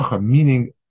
meaning